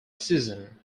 season